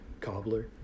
cobbler